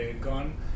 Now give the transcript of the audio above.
gone